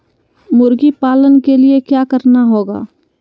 मुर्गी पालन के लिए क्या करना होगा?